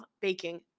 baking